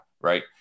right